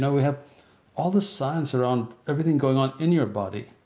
so we have all the signs are on everything going on in your body,